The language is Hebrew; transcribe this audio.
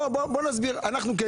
בוא נסביר אנחנו,